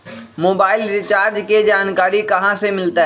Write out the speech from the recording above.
Mobile recharge के जानकारी कहा से मिलतै?